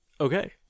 Okay